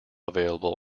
available